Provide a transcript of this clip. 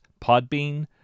Podbean